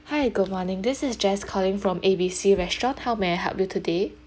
hi good morning this is jess calling from A B C restaurant how may I help you today